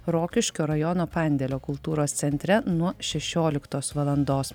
rokiškio rajono pandėlio kultūros centre nuo šešioliktos valandos